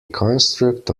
construct